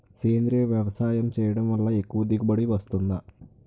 సేంద్రీయ వ్యవసాయం చేయడం వల్ల ఎక్కువ దిగుబడి వస్తుందా?